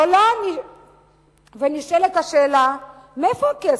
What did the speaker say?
עולה ונשאלת השאלה: מאיפה הכסף?